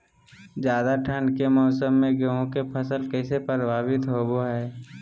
ज्यादा ठंड के मौसम में गेहूं के फसल कैसे प्रभावित होबो हय?